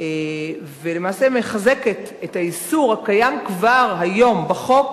ולמעשה היא מחזקת את האיסור הקיים כבר היום בחוק